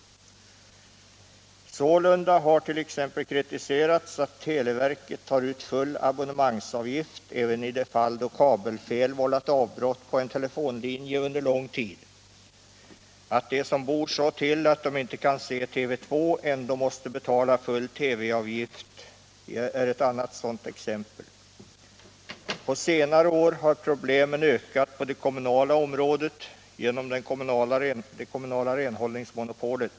Sålunda har t.ex. kritiserats att televerket tar ut full abonnemangsavgift även i de fall då kabelfel vållat avbrott på en telefonlinje under lång tid. Att de som bor så till att de inte kan se TV2 ändå måste betala full TV-avgift är ett annat sådant exempel. På senare år har problemen ökat på det kommunala området genom det kommunala renhållningsmonopolet.